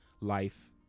life